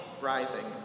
rising